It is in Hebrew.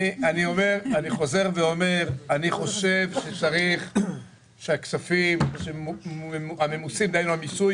אני חושב שיש פה הסכמה שצריך להחריג אותו.